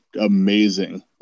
amazing